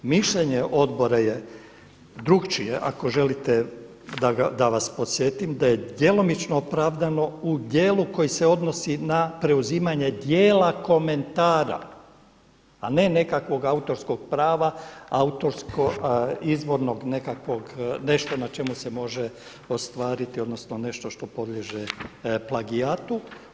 Mišljenje Odbora je drukčije ako želite da vas podsjetim da je djelomično opravdano u dijelu koji se odnosi na preuzimanje dijela komentara, a ne nekakvog autorskog prava, izvornog nekakvog nešto na čemu se može ostvariti odnosno nešto što podliježe plagijatu.